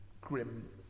grim